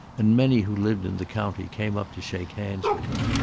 and many who lived in the county came up to shake hands with him.